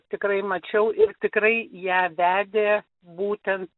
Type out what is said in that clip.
tikrai mačiau ir tikrai ją vedė būtent